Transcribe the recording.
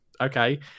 okay